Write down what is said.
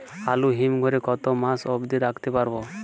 আলু হিম ঘরে কতো মাস অব্দি রাখতে পারবো?